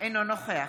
אינו נוכח